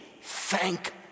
thank